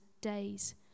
days